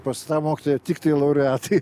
pas tą mokytoją tiktai laureatai